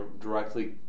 directly